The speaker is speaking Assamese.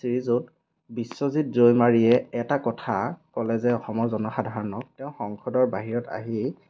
শ্ৰীযুত বিশ্বজিৎ দৈমাৰীয়ে এটা কথা ক'লে যে অসমৰ জনসাধাৰণক তেওঁ সংসদৰ বাহিৰত আহি